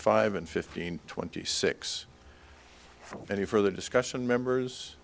five and fifteen twenty six for any further discussion members